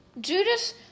Judas